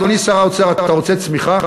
אני אומר, אדוני שר האוצר, אתה רוצה צמיחה?